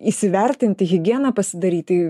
įsivertinti higieną pasidaryti